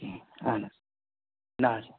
کِہیٖنۍ اہن حظ نہ حظ